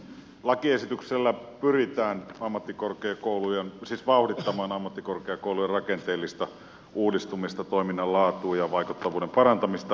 lakiesityksellä pyritään siis vauhdittamaan ammattikorkeakoulujen rakenteellista uudistumista toiminnan laatua ja vaikuttavuuden parantamista